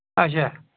اَچھا